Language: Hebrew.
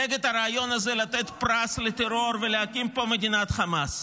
נגד הרעיון הזה לתת פרס לטרור ולהקים פה מדינת חמאס.